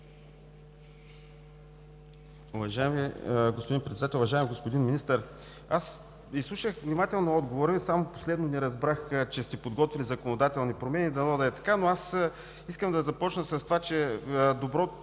Уважаеми господин Председател! Уважаеми господин Министър, изслушах внимателно отговора Ви, но само последно не разбрах, че сте подготвили законодателни промени, дано да е така. Искам да започна с това, че е добре